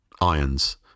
irons